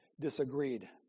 disagreed